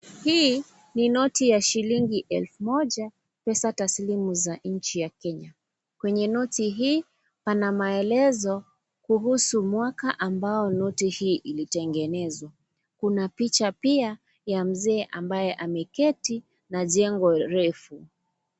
Hii ni noti ya shilingi elfu moja, pesa taslimu za nchi ya Kenya. Kwenye noti hii pana maelezo kuhusu mwaka ambao noti hii ilitengenezwa. Kuna picha pia ya mzee ambaye ameketi na jengo refu.